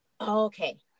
Okay